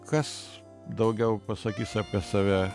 kas daugiau pasakys apie save